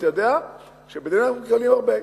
כי אתה יודע שבדנמרק מקבלים הרבה.